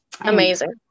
Amazing